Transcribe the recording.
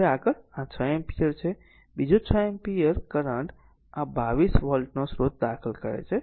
હવે આગળ આ 6 એમ્પીયર છે બીજો 6 એમ્પીયર કરંટ આ 22 વોલ્ટ નો સ્રોત દાખલ કરે છે